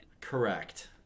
Correct